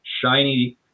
shiny